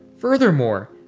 Furthermore